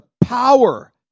power